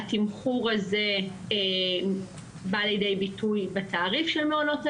התמחור הזה בא לידי ביטוי בתעריף של מעונות היום,